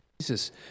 Jesus